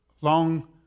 long